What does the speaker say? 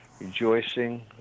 rejoicing